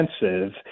expensive